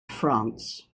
france